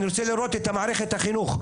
אני רוצה לראות את מערכת החינוך.